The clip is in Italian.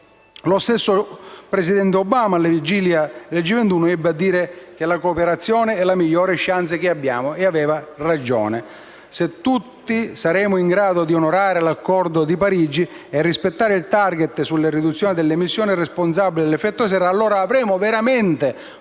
Lo stesso presidente Obama, alla vigilia del G20, ebbe a dire che la cooperazione è «la miglior *chance* che abbiamo» e aveva ragione. Se tutti saremo in grado di onorare l'Accordo di Parigi e a rispettare il *target* sulla riduzione delle emissioni responsabili dell'effetto serra, allora avremo fatto